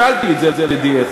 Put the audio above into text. המשלתי את זה לדיאטה.